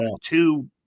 two